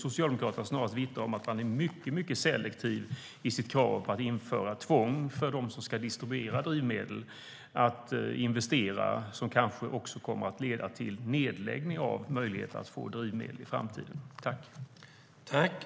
Socialdemokraternas historik vittnar däremot om att de är mycket selektiva eftersom de kräver att distributörer av drivmedel ska tvingas till investeringar som kanske kommer att leda till att möjligheter att få drivmedel i framtiden försvinner.